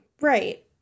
Right